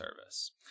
service